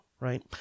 right